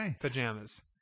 pajamas